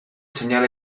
segnale